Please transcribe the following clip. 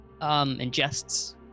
ingests